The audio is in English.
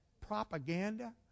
propaganda